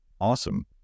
awesome